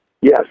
Yes